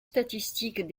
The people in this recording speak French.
statistiques